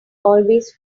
always